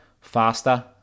faster